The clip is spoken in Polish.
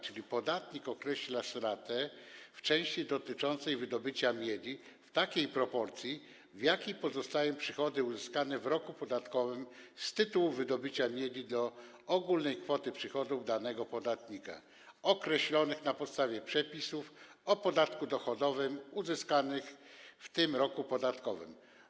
Czyli podatnik określa stratę w części dotyczącej wydobycia miedzi w takiej proporcji, w jakiej pozostają przychody uzyskane w roku podatkowym z tytułu wydobycia miedzi do ogólnej kwoty przychodów danego podatnika określonych na podstawie przepisów o podatku dochodowym, uzyskanych w tym roku podatkowym.